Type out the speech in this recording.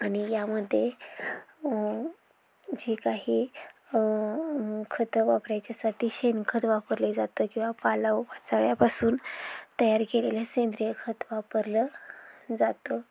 आणि यामध्ये जी काही खतं वापरायच्यासाठी शेणखत वापरले जातं किंवा पाला व पाचोळ्यापासून तयार केलेले सेंद्रिय खत वापरलं जातं